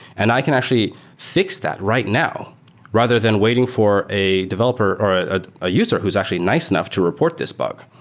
and i can actually fix that right now rather than waiting for a developer or ah ah a user who is actually nice enough to report this bug.